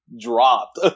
dropped